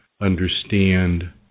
understand